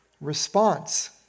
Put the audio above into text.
response